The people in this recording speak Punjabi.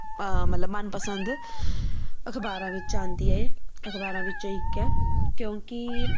ਮਤਲਬ ਮਨਪਸੰਦ ਅਖਬਾਰਾਂ ਵਿੱਚ ਆਉਂਦੀ ਹੈ ਅਖਬਾਰਾਂ ਵਿੱਚੋਂ ਇੱਕ ਹੈ ਕਿਉਂਕਿ